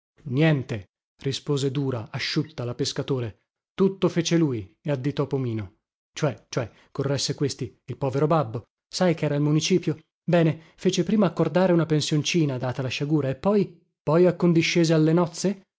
niente niente rispose dura asciutta la pescatore tutto fece lui e additò pomino cioè cioè corresse questi il povero babbo sai chera al municipio bene fece prima accordare una pensioncina data la sciagura e poi poi accondiscese alle nozze